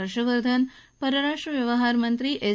हर्षवर्धन परराष्ट्र व्यवहार मंत्री एस